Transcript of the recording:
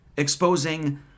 exposing